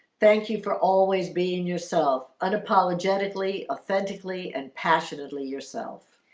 thank you for always being yourself unapologetically authentically and passionately yourself.